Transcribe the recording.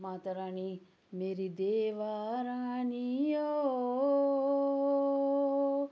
माता रानी मेरी देवा रानी ओ